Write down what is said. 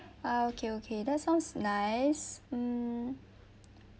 ah okay okay that sounds nice mm